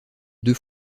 deux